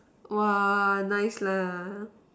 !wah! nice lah